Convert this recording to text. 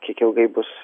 kiek ilgai bus